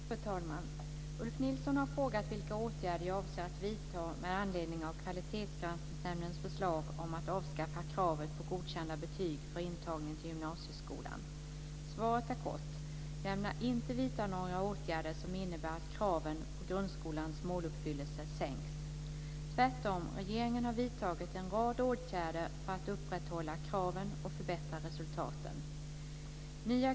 Fru talman! Ulf Nilsson har frågat vilka åtgärder jag avser att vidta med anledning av Kvalitetsgranskningsnämndens förslag om att avskaffa kravet på godkända betyg för intagning till gymnasieskolan. Svaret är kort: Jag ämnar inte vidta några åtgärder som innebär att kraven på grundskolans måluppfyllelse sänks. Tvärtom, regeringen har vidtagit en rad åtgärder för att upprätthålla kraven och förbättra resultaten.